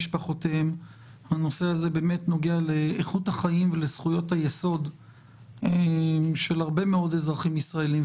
הוא נוגע לאיכות החיים ולזכויות היסוד של הרבה מאוד אזרחים ישראליים.